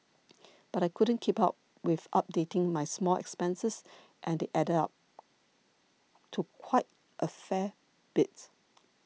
but I couldn't keep up with updating my small expenses and they added up to quite a fair bit